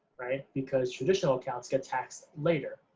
right, because traditional accounts get taxed later.